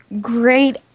great